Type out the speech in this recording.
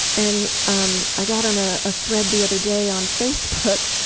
and um i got on a ah thread the other day on facebook,